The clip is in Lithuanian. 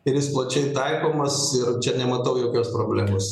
ir jis plačiai taikomas čia nematau jokios problemos